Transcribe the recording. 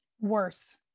worse